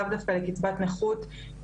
לאו דווקא קצבת נכות,